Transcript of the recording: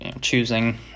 choosing